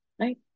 right